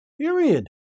Period